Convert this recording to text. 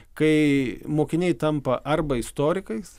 kai mokiniai tampa arba istorikais